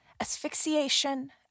asphyxiation